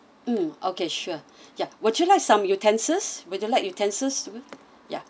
mm okay sure yeah would you like some utensils would you like utensils to it ya